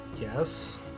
yes